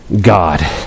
God